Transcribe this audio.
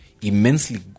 immensely